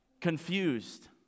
Confused